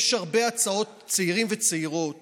יש הרבה צעירים וצעירות